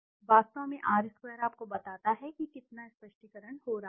वास्तव में R square आपको बताता है कि कितना स्पष्टीकरण हो रहा है